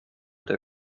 they